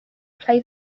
play